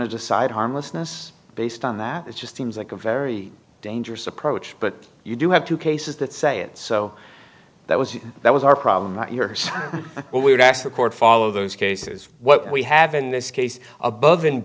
to decide harmlessness based on that it just seems like a very dangerous approach but you do have two cases that say it so that was that was our problem not yours but we would ask the court follow those cases what we have in this case above and